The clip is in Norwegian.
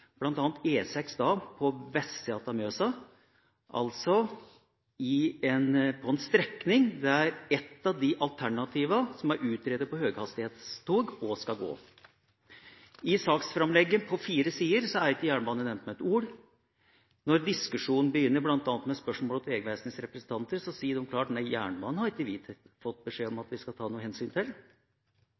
på vestsida av Mjøsa – altså på en strekning som er utredet som et av alternativene for høyhastighetstog. I saksframlegget på fire sider er ikke jernbane nevnt med et ord. Når diskusjonen begynner, bl.a. med spørsmål til Vegvesenets representanter, sier de klart: Nei, jernbanen har ikke vi fått beskjed om at vi skal ta noe hensyn til.